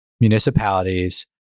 municipalities